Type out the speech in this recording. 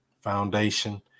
foundation